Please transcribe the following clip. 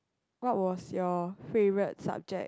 what was your favourite subject